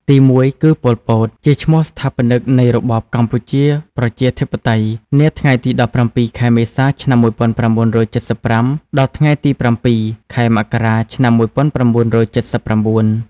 ទីមួយគឺប៉ុល ពត ជាឈ្មោះស្ថាបនិកនៃរបបកម្ពុជាប្រជាធិបតេយ្យនាថ្ងៃទី១៧ ខែមេសា ឆ្នាំ១៩៧៥ ដល់ថ្ងៃទី០៧ ខែមករា ឆ្នាំ១៩៧៩។